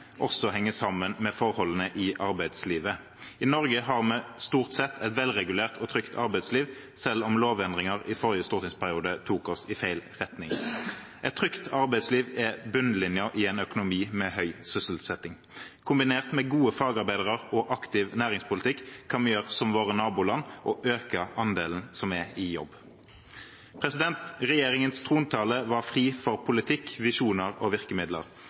også henger sammen med forholdene i arbeidslivet. I Norge har vi stort sett et velregulert og trygt arbeidsliv, selv om lovendringer i forrige stortingsperiode tok oss i feil retning. Et trygt arbeidsliv er bunnlinjen i en økonomi med høy sysselsetting. Kombinert med gode fagarbeidere og en aktiv næringspolitikk kan vi gjøre som våre naboland og øke andelen som er i jobb. Regjeringens trontale var fri for politikk, visjoner og virkemidler.